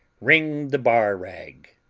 wring the bar rag.